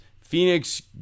Phoenix